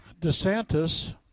DeSantis